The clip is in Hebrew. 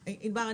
ענבר,